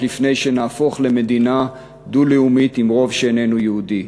לפני שנהפוך למדינה דו-לאומית עם רוב שאיננו יהודי.